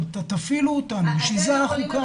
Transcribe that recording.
תפעילו אותנו, בשביל זה אנחנו כאן.